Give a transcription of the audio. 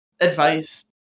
advice